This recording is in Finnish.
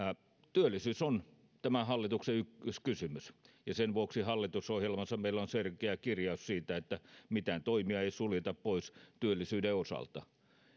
työllisyys on tämän hallituksen ykköskysymys ja sen vuoksi hallitusohjelmassa meillä on selkeä kirjaus siitä että mitään toimia ei suljeta pois työllisyyden osalta